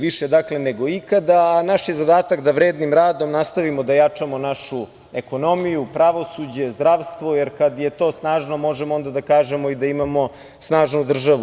Više, dakle, nego ikada i naš je zadatak da vrednim radom nastavimo da jačamo našu ekonomiju, pravosuđe, zdravstvo, jer kada je to snažno možemo da kažemo da imamo snažnu državu.